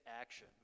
action